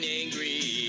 angry